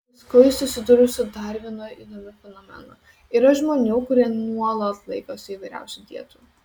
paskui susidūriau su dar vienu įdomiu fenomenu yra žmonių kurie nuolat laikosi įvairiausių dietų